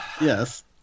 Yes